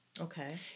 Okay